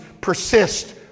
persist